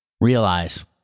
Realize